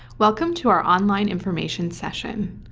welcome to our online information session!